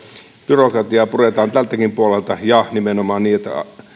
byrokratiaa puretaan tältäkin puolelta ja nimenomaan niin että